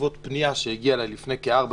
בעקבות פנייה שהגיעה אליי לפני כארבע